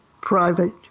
private